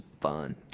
fun